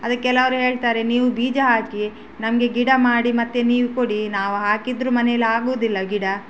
ಅದೆ ಕೆಲವ್ರು ಹೇಳ್ತಾರೆ ನೀವು ಬೀಜ ಹಾಕಿ ನಮಗೆ ಗಿಡ ಮಾಡಿ ಮತ್ತೆ ನೀವು ಕೊಡಿ ನಾವು ಹಾಕಿದರೂ ಮನೇಲಿ ಆಗುವುದಿಲ್ಲ ಗಿಡ